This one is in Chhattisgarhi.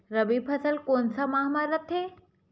रबी फसल कोन सा माह म रथे?